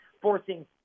forcing